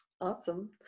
Awesome